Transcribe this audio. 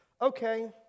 okay